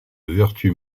vertu